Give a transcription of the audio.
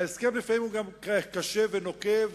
ההסכם לפעמים הוא גם קשה ונוקב,